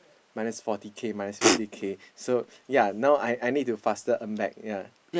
minus forty K minus fifty K so ya now I I need to faster earn back ya